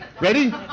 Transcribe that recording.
Ready